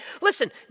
Listen